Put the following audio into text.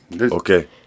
okay